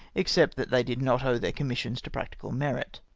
except that they did not owe their commissions to practical merit.